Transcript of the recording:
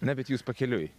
na bet jūs pakeliui